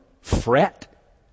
fret